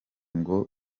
ngo